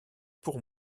pour